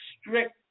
strict